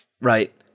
right